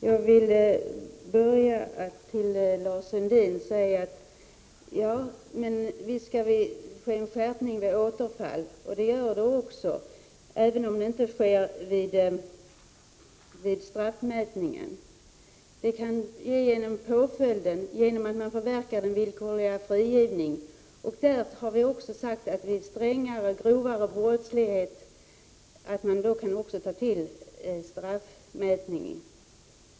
Herr talman! Jag vill börja med att säga till Lars Sundin att det visst skall ske en straffskärpning vid återfall. Det gör det också, även om det inte sker vid straffmätningen. Det kan ske genom påföljdsvalet och genom att villkorlig frigivning förverkas. Vi har också sagt att man vid strängare, grövre brottslighet också kan ta till straffmätning.